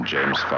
James